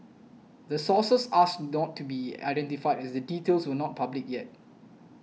the sources asked don't to be identified as the details were not public yet